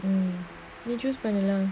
um did you spend along